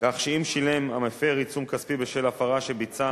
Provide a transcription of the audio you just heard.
כך שאם שילם המפר עיצום כספי בשל הפרה שביצע,